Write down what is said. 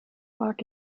mag